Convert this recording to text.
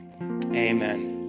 amen